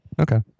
Okay